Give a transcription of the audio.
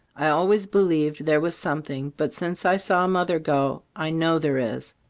i always believed there was something but since i saw mother go, i know there is.